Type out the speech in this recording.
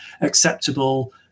acceptable